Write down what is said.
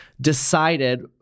decided